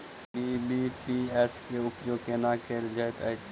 BBPS केँ उपयोग केना कएल जाइत अछि?